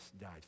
died